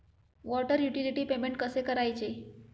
Water utility payment कसे करायचे?